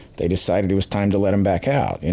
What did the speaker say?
they decided it was time to let them back out. and